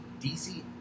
DC